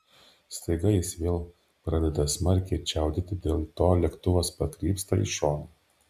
staiga jis vėl pradeda smarkiai čiaudėti dėl to lėktuvas pakrypsta į šoną